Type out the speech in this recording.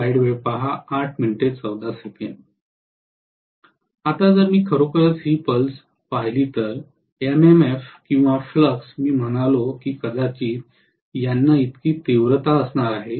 आता जर मी खरोखर ही पल्स पाहिली तर एमएमएफ किंवा फ्लक्स मी म्हणालो की कदाचित याना इतकी तीव्रता असणार आहे